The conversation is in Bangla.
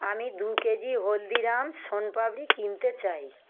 আমি দু কেজি হলদিরাম শোনপাপড়ি কিনতে চাই